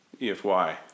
EFY